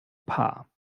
paar